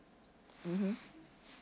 mmhmm